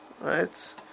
Right